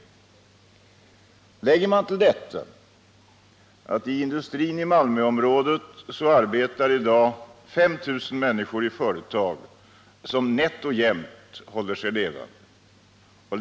Till detta kan läggas att det inom industrin i Malmöområdet i dag arbetar 5 000 människor i företag som nätt och jämnt håller sig levande.